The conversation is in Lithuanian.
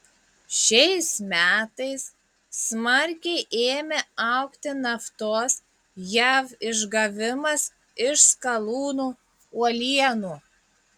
šiais metais smarkiai ėmė augti naftos jav išgavimas iš skalūnų uolienų